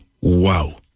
Wow